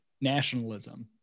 nationalism